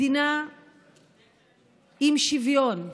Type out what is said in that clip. מדינה עם שוויון.